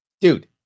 Dude